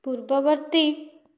ପୂର୍ବବର୍ତ୍ତୀ